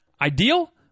ideal